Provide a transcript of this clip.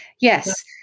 Yes